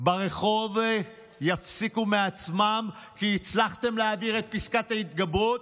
ברחוב תיפסקנה מעצמן כי הצלחתם לבטל את פסקת ההתגברות,